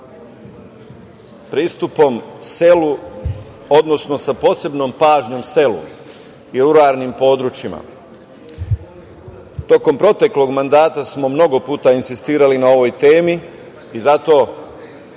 pristupom selu, odnosno sa posebnom pažnjom selu i ruralnim područjima. Tokom proteklog mandata smo mnogo puta insistirali na ovoj temi i zato